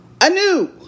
anew